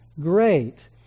great